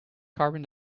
carbon